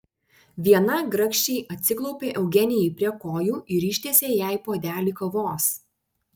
viena grakščiai atsiklaupė eugenijai prie kojų ir ištiesė jai puodelį kavos